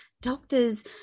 doctors